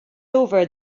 over